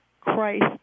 christ